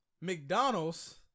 McDonald's